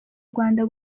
rwanda